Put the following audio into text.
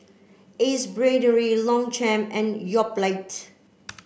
Ace Brainery Longchamp and Yoplait